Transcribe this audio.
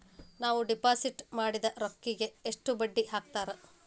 ನಾವು ಡಿಪಾಸಿಟ್ ಮಾಡಿದ ರೊಕ್ಕಿಗೆ ಎಷ್ಟು ಬಡ್ಡಿ ಹಾಕ್ತಾರಾ?